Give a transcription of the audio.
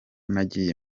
nagiye